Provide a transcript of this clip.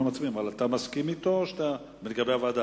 מסכים אתו לגבי הוועדה?